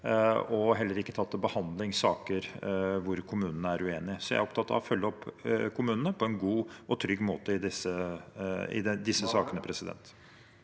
har heller ikke tatt til behandling saker hvor kommunene er uenige. Jeg er opptatt av å følge opp kommunene på en god og trygg måte i disse sakene. Sofie